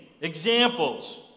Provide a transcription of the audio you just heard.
Examples